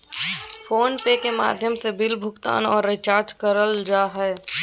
phone पे के माध्यम से बिल भुगतान आर रिचार्ज करल जा हय